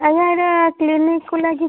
ଆଜ୍ଞା ଏଇଟା କ୍ଲିନିକ୍କୁ ଲାଗିଛି